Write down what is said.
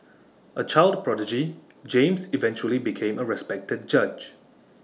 A child prodigy James eventually became A respected judge